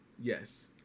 Yes